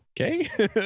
okay